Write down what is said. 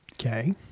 okay